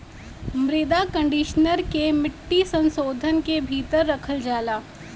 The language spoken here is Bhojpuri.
मृदा कंडीशनर के मिट्टी संशोधन के भीतर रखल जाला